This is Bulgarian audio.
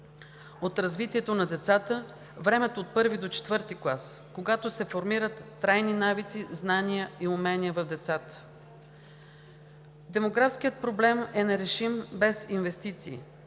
от развитието на децата – времето от I до IV клас, когато се формират трайни навици, знания и умения у децата. Демографският проблем е нерешим без инвестиции.